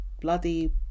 Bloody